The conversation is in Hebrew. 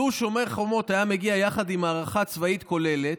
לו שומר חומות היה מגיע יחד עם הערכה צבאית כוללת,